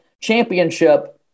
championship